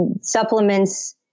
supplements